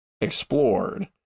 explored